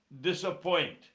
disappoint